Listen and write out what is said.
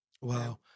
Wow